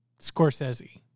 Scorsese